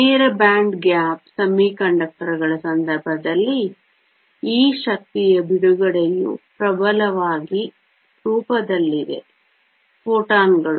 ನೇರ band gap ಅರೆವಾಹಕಗಳ ಸಂದರ್ಭದಲ್ಲಿ ಈ ಶಕ್ತಿಯ ಬಿಡುಗಡೆಯು ಪ್ರಬಲವಾಗಿ ರೂಪದಲ್ಲಿದೆ ಫೋಟಾನ್ ಗಳು